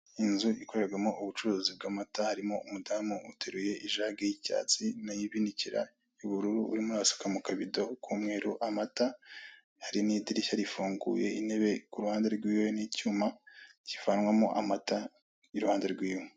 Inzu ikorerwamo ubucuruzi bw'amata harimo umudamu uteruye ijage y'icyatsi nibinikira yubururu, urimo urasuka mu kabido k'umweru amata. Hari nidirishya rifunguye, intebe ku ruhande rwiwe n'icyuma kivanwamo amata iruhande rwiwe.